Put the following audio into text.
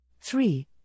Three